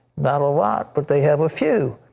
not a lot, but they have a few.